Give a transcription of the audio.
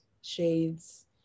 shades